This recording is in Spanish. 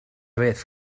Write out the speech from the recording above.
vez